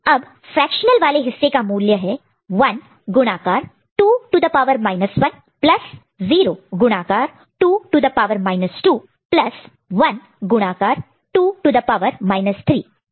अब फ्रेक्शनल वाले हिस्से का मूल्य है 1 गुणाकार multiplied multiplied 2 to the power 1 plus 0 गुणाकार multiplied multiplied 2 to the power 2 plus 1 गुणाकार multiplied multiplied 2 to the power 3 ठीक है